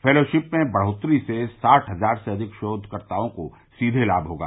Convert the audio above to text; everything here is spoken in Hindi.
फेलोशिप में बढ़ोतरी से साठ हजार से अधिक शोधकर्ताओं को सीधे लाभ होगा